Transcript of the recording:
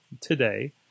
today